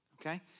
Okay